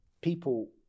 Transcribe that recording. people